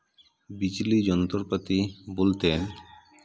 ᱵᱤᱡᱽᱞᱤ ᱡᱚᱱᱛᱚᱨᱚ ᱯᱟᱹᱛᱤ ᱵᱚᱞᱛᱮ